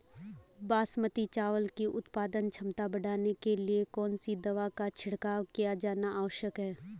बासमती चावल की उत्पादन क्षमता बढ़ाने के लिए कौन सी दवा का छिड़काव किया जाना आवश्यक है?